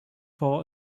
for